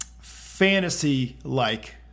fantasy-like